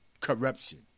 corruption